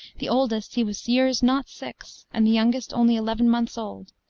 the oldest he was years not six, and the youngest only eleven months old,